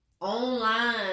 online